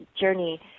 journey